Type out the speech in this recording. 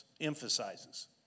emphasizes